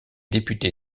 député